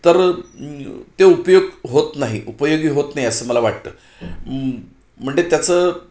तर ते उपयोग होत नाही उपयोगी होत नाही असं मला वाटतं म्हणजे त्याचं